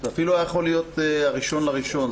אפילו זה היה יכול להיות ב-1 בינואר,